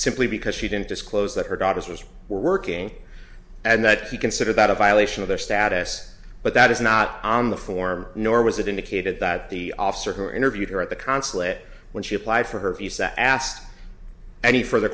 simply because she didn't disclose that her daughter's was working and that he considered that a violation of their status but that is not on the form nor was it indicated that the officer who interviewed her at the consulate when she applied for her visa asked any further